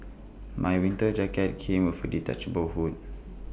my winter jacket came with A detachable hood